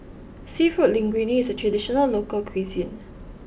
Seafood Linguine is a traditional local cuisine